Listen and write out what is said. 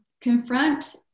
confront